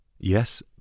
Yes